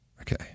Okay